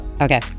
Okay